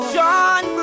John